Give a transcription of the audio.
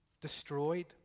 destroyed